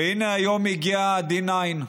והינה היום הגיע ה-D9,